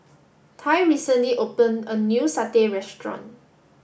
Tai recently opened a new Satay Restaurant